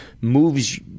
moves